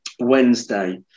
Wednesday